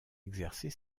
exercer